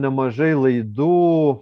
nemažai laidų